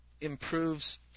improves